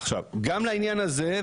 עכשיו גם לעניין הזה,